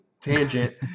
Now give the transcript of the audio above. tangent